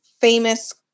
famous